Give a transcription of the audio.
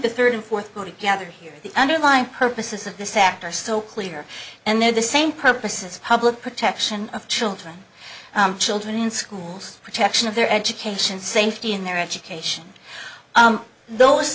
the third and fourth party gathered here the underlying purposes of this act are still clear and they're the same purpose as public protection of children children in schools protection of their education safety in their education those